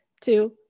two